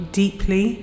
deeply